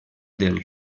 del